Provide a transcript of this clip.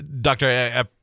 Doctor